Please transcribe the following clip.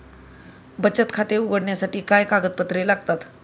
बचत खाते उघडण्यासाठी काय कागदपत्रे लागतात?